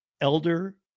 elder